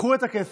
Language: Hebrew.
קחו את הכסף.